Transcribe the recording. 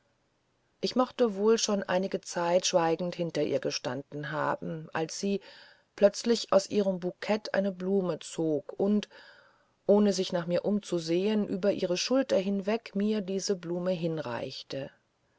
ich mochte wohl schon einige zeit schweigend hinter ihr gestanden haben als sie plötzlich aus ihrem bukett eine blume zog und ohne sich nach mir umzusehen über ihre schulter hinweg mir diese blume hinreichte